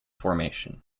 formation